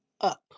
up